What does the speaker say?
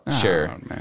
sure